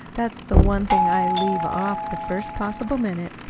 that's the one thing i leave off the first possible minute.